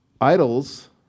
Idols